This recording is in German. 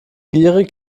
gierig